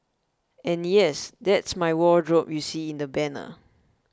and yes that's my wardrobe you see in the banner